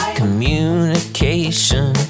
communication